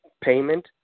payment